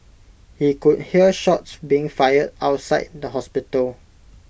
he could hear shots being fired outside the hospital